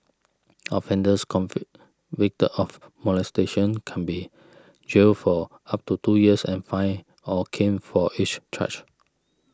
offenders convicted of molestation can be jailed for up to two years and fined or caned for each charge